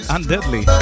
Undeadly